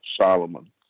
Solomon